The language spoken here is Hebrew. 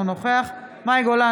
אינו נוכח מאי גולן,